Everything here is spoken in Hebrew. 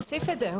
נוסיף את זה.